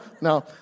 no